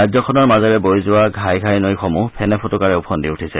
ৰাজ্যখনৰ মাজেৰে বৈ যোৱা ঘাই ঘাই নৈসমূহ ফেনে ফোটোকাৰে ওফন্দি উঠিছে